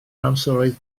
amseroedd